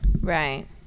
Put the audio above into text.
Right